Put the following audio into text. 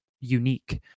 unique